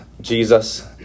Jesus